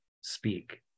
speak